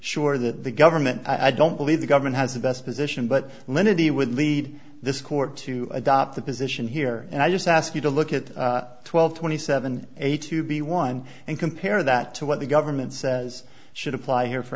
sure that the government i don't believe the government has the best position but lenity would lead this court to adopt the position here and i just ask you to look at twelve twenty seven eight to be one and compare that to what the government says should apply here f